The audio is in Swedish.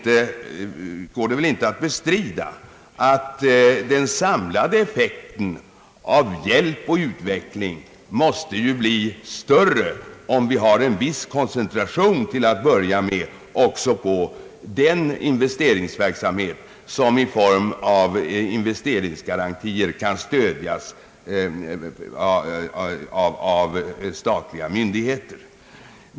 Det går väl inte att bestrida att den samlade" effekten måste bli större om vi har en viss koncenträtion till att börja med också när det gäller den investeringsverksamhet soi möjliggöres genom att investeringsgårantier lämnas av statliga myndigheter.